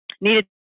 needed